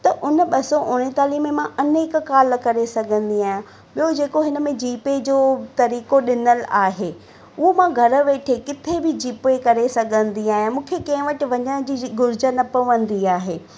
त उन ॿ सौ उणेतालीह में मां अनेक काल करे सघंदी आहियां ॿियो जेको हिनमें जी पे जो तरीक़ो ॾिनल आहे उहो मां घर वेठे किथे बि जी पे करे सघंदी आहियां मूंखे कंहिं वटि वञण जी घुर्ज न पवंदी आहे